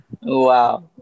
Wow